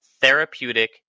Therapeutic